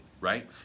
right